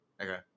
Okay